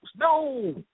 No